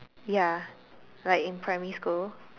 ya like in primary school